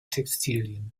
textilien